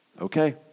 okay